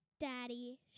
Daddy